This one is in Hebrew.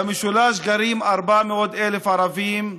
במשולש גרים 400,000 ערבים,